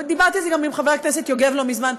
דיברתי על זה גם עם חבר הכנסת יוגב לא מזמן.